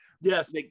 yes